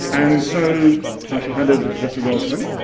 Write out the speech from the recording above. and so i shall hand over to professor rosling.